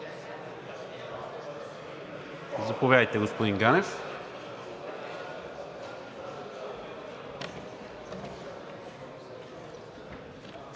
Заповядайте, господин Ганев.